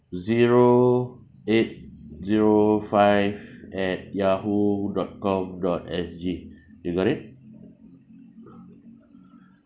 zero eight zero five at yahoo dot com dot S_G you got it